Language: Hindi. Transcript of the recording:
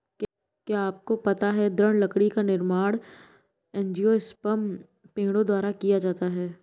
क्या आपको पता है दृढ़ लकड़ी का निर्माण एंजियोस्पर्म पेड़ों द्वारा किया जाता है?